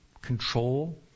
control